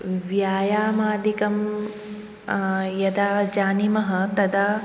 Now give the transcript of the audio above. व्यायामादिकं यदा जानीमः तदा